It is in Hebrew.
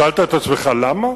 שאלת את עצמך למה?